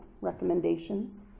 recommendations